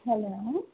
hello